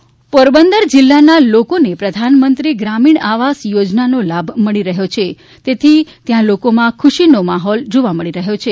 પોરબંદર આવાસ યોજના પોરબંદર જિલ્લાના લોકોને પ્રધાનમંત્રી ગ્રામીણ આવાસ યોજનાનો લાભ મળી રહ્યો છે તેથી ત્યા લોકોમાં ખૂશીનો માહોલ જોવા મળી રહ્યો છે